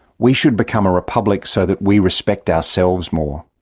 we should become a republic so that we respect ourselves more.